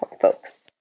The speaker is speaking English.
folks